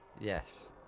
yes